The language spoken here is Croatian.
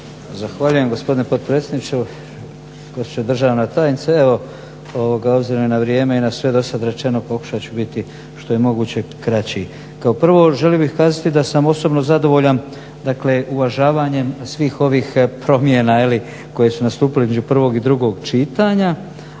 Zahvaljujem gospodine potpredsjedniče, gospođo državna tajnice. Evo, s obzirom i na vrijeme i na sve do sada rečeno, pokušat ću biti što je moguće kraći. Kao prvo želio bih kazati da sam osobno zadovoljan dakle uvažavanjem svih ovih promjena koje su nastupile između prvog i drugog čitanja,